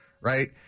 right